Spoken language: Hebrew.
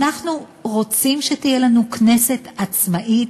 אנחנו רוצים שתהיה לנו כנסת עצמאית,